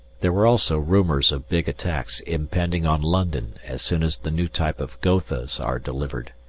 there were also rumours of big attacks impending on london as soon as the new type of gothas are delivered.